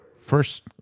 first